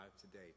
today